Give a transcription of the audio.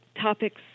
topics